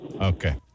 Okay